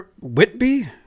whitby